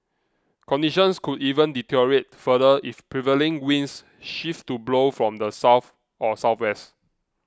conditions could even deteriorate further if prevailing winds shift to blow from the south or southwest